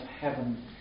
Heaven